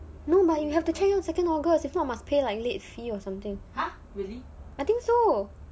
no but you have to check in on second august if not must pay like late fee or something ah I think so